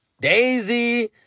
Daisy